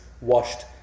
washed